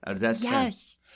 Yes